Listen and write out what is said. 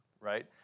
right